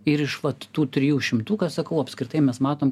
ir iš vat tų trijų šimtų ką sakau apskritai mes matom